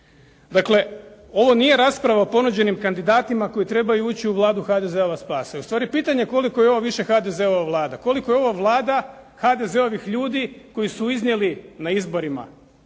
Dakle ovo nije rasprava o ponuđenim kandidatima koji trebaju ući u Vladu HDZ-ova spasa i ustvari pitanje je koliko je ovo više HDZ-ova Vlada, koliko je ova Vlada HDZ-ovih ljudi koji su iznijeli na izborima,